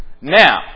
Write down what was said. Now